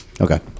okay